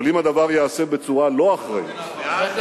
אבל אם הדבר ייעשה בצורה לא אחראית, איפה?